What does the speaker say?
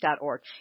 org